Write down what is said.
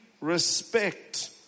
respect